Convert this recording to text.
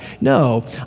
No